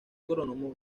agrónomo